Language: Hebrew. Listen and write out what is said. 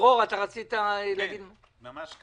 דרור שטרום, רצית להגיד משהו.